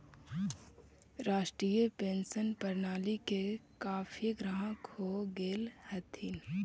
राष्ट्रीय पेंशन प्रणाली के काफी ग्राहक हो गेले हथिन